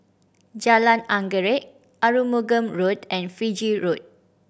Jalan Anggerek Arumugam Road and Fiji Road